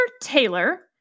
Taylor